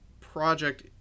project